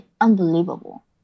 unbelievable